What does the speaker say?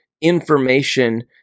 information